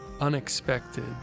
unexpected